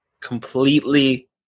completely